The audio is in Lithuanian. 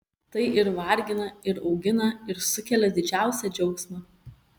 tai ir vargina ir augina ir sukelia didžiausią džiaugsmą